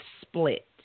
split